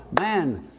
Man